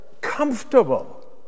comfortable